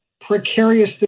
precarious